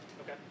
Okay